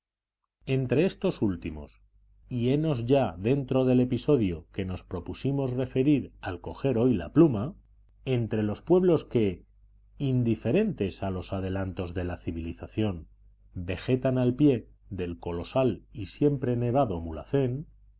entre estos últimos y henos ya dentro del episodio que nos propusimos referir al coger hoy la pluma entre los pueblos que indiferentes a los adelantos de la civilización vegetan al pie del colosal y siempre nevado mulhacén